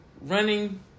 running